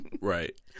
Right